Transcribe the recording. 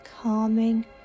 calming